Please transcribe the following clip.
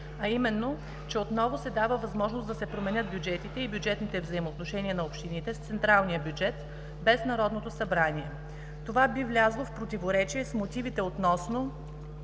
а именно, че отново се дава възможност да се променят бюджетите и бюджетните взаимоотношения на общините с централния бюджет без Народното събрание. Това би влязло в противоречие с мотивите относно